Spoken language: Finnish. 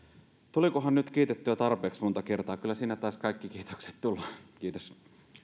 tulikohan nyt kiitettyä tarpeeksi monta kertaa kyllä siinä taisi kaikki kiitokset tulla kiitos